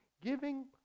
giving